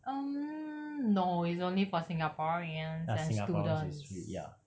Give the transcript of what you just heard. um no it's only for singaporeans and students